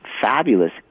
fabulous